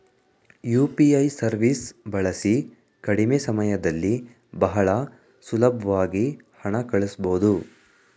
UPI ಸವೀಸ್ ಬಳಸಿ ಕಡಿಮೆ ಸಮಯದಲ್ಲಿ ಬಹಳ ಸುಲಬ್ವಾಗಿ ಹಣ ಕಳಸ್ಬೊದು